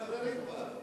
חברים בה.